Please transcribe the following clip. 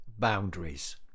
boundaries